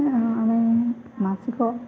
ଆମେ ମାସିକ